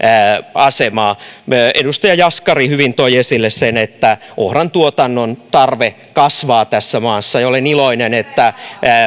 asemaa edustaja jaskari hyvin toi esille sen että ohran tuotannon tarve kasvaa tässä maassa ja olen iloinen että